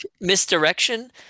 misdirection